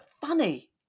funny